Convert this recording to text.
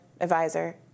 advisor